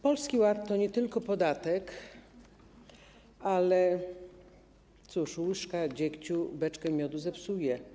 Polski Ład to nie tylko podatek, ale cóż, łyżka dziegciu beczkę miodu zepsuje.